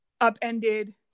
upended